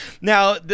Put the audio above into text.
now